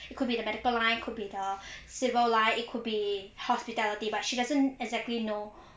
it could be the medical line could be the civil line it could be hospitality but she doesn't exactly know